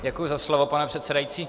Děkuji za slovo, pane předsedající.